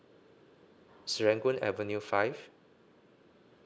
serangoon avenue five